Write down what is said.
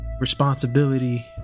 responsibility